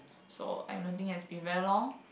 so I don't think it has been very long